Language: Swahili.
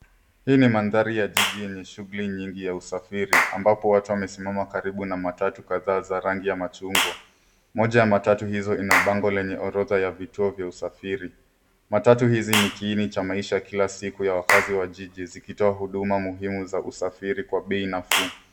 Hii ni mandhari ya jiji yenye shughuli nyingi ya usafiri ambapo watu wamesimama karibu na matatu kadhaa za rangi ya machungwa. Moja ya matatu hizo ina bango lenye orodha ya vituo vya usafiri. Matatu hizi ni kiini cha maisha ya kila siku ya wakaazi wa jiji zikitoa huduma muhimu za usafiri kwa bei nafuu.